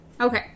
Okay